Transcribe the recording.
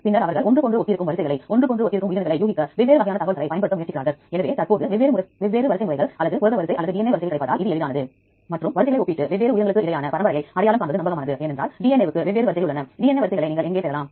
பின்னர் மூன்று வகையான வரிசை கிளஸ்டர் களைக் கொண்டுள்ளது ஒன்று 50 சதவிகித வரிசை என்பது சிறு குறிப்பு மற்றும் இது 90 சதவீதம் மற்றும் 100 சதவீதம் ஆகவும் இருக்கலாம்